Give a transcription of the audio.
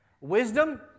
wisdom